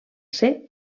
ser